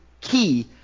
key